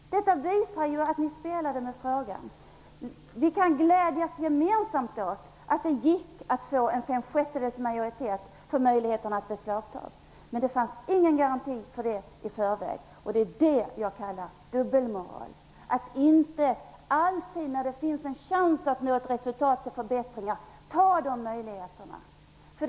Detta visar att ni spelade med frågan. Vi kan gemensamt glädjas åt att det gick att få en majoritet på fem sjättedelar för möjligheten att beslagta barnpornografi. Men det fanns ingen garanti för detta i förväg. Jag kallar det för dubbelmoral när man inte alltid utnyttjar möjligheterna när det finns en chans att nå ett resultat som innebär förbättringar.